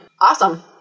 awesome